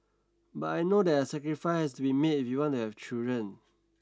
but I know that sacrifice has to be made if we want to have children